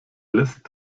lässt